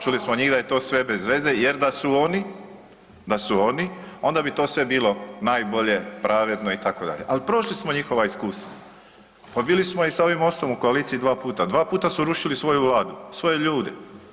Čuli smo njih da je to sve bez veze jer da su oni, da su oni onda bi to sve bilo najbolje, pravedno itd., ali prošli smo njihova iskustva, pa bili smo i sa ovim MOST-om u koaliciji 2 puta, 2 puta su rušili svoju vladu, svoje ljude.